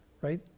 Right